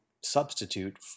substitute